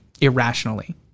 irrationally